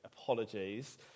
apologies